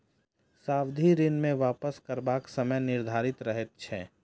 सावधि ऋण मे वापस करबाक समय निर्धारित रहैत छै